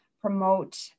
promote